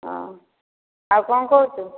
ହଁ ଆଉ କ'ଣ କହୁଛୁ